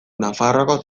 nafarroako